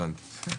הבנתי.